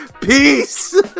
Peace